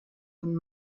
von